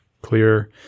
clear